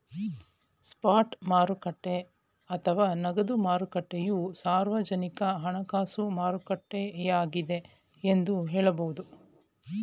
spot ಮಾರುಕಟ್ಟೆ ಅಥವಾ ನಗದು ಮಾರುಕಟ್ಟೆಯು ಸಾರ್ವಜನಿಕ ಹಣಕಾಸು ಮಾರುಕಟ್ಟೆಯಾಗಿದ್ದೆ ಎಂದು ಹೇಳಬಹುದು